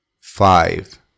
five